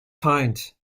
feind